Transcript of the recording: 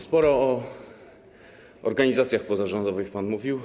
Sporo o organizacjach pozarządowych pan mówił.